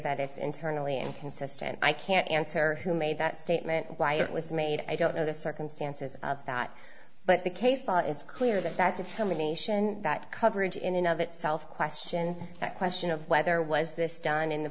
that it's internally inconsistent i can't answer who made that statement why it was made i don't know the circumstances of that but the case law is clear that that determination that coverage in and of itself question that question of whether was this done in the